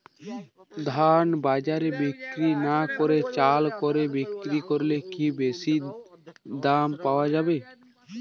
ধান বাজারে বিক্রি না করে চাল কলে বিক্রি করলে কি বেশী দাম পাওয়া যাবে?